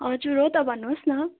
हजुर हो त भन्नुहोस् न